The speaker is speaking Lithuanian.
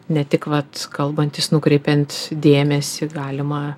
ne tik vat kalbantis nukreipiant dėmesį galima